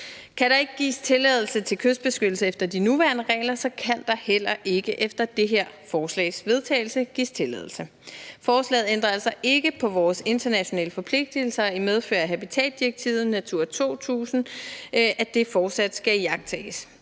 Kan der ikke gives tilladelse til kystbeskyttelse efter de nuværende regler, så kan der heller ikke efter det her forslags vedtagelse gives tilladelser. Forslaget ændrer altså ikke på vores internationale forpligtelser i medfør af habitatsdirektivet, Natura 2000, som altså fortsat skal iagttages.